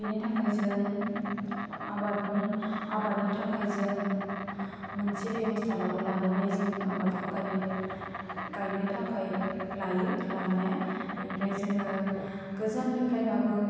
बिनि थाखाइ जों आबादनि आबादनि थाखाइ जों मोनसे बेबस्टाबाबो लानानै जों आबादखौ गाइनो गाइनो थाखाइ लायो लानाया बेनिफ्राय जोङो गोजाननिफ्राय बाबो